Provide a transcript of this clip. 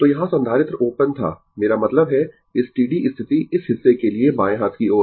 तो यहाँ संधारित्र ओपन था मेरा मतलब है स्टीडी स्थिति इस हिस्से के लिए बाएं हाथ की ओर